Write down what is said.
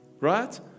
Right